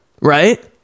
right